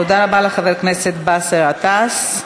תודה רבה לחבר הכנסת באסל גטאס.